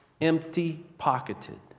empty-pocketed